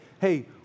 hey